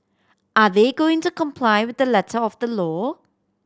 are they going to comply with the letter of the law